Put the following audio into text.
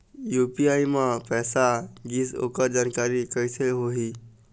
UPI म पैसा गिस ओकर जानकारी कइसे होही?